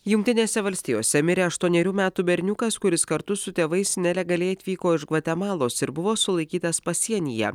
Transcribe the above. jungtinėse valstijose mirė aštuonerių metų berniukas kuris kartu su tėvais nelegaliai atvyko iš gvatemalos ir buvo sulaikytas pasienyje